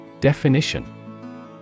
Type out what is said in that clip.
Definition